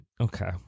Okay